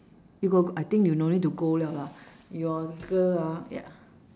you got I think you no need to go liao lah your girl ah